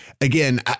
again